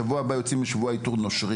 בשבוע הבא אנחנו יוצאים מהאגף לאיתור נושרים,